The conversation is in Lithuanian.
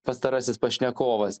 pastarasis pašnekovas